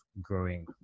growing